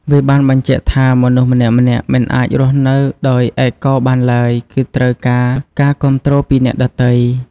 វាបានបញ្ជាក់ថា មនុស្សម្នាក់ៗមិនអាចរស់នៅដោយឯកោបានឡើយ គឺត្រូវការការគាំទ្រពីអ្នកដទៃ។